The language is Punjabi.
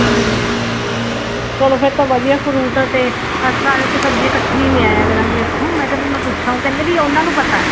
ਹਾਂਜੀ ਚਲੋ ਫਿਰ ਤਾਂ ਵਧੀਆ ਫਰੂਟ ਅਤੇ ਸਾਰੇ ਅਤੇ ਸਬਜ਼ੀਆਂ ਇਕੱਠੀਆਂ ਹੀ ਲਿਆਇਆ ਕਰਾਂਗੇ ਉੱਥੋਂ ਮੈਂ ਕਿਹਾ ਵੀ ਮੈਂ ਪੁੱਛਾਂ ਉਹ ਕਹਿੰਦੇ ਵੀ ਉਹਨਾਂ ਨੂੰ ਪਤਾ